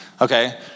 Okay